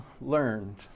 learned